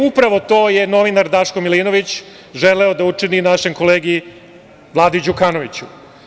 Upravo to je novinar Daško Milinović želeo da učini našem kolegi Vladi Đukanoviću.